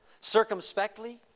Circumspectly